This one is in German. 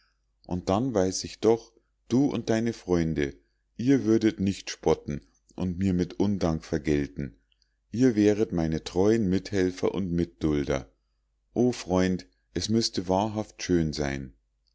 und dann weiß ich doch du und deine freunde ihr würdet nicht spotten und mir mit undank vergelten ihr wäret meine treuen mithelfer und mitdulder o freund es müßte wahrhaft schön sein